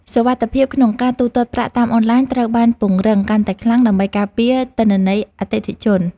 សុវត្ថិភាពក្នុងការទូទាត់ប្រាក់តាមអនឡាញត្រូវបានពង្រឹងកាន់តែខ្លាំងដើម្បីការពារទិន្នន័យអតិថិជន។